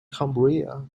cumbria